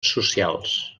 socials